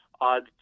odd